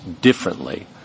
differently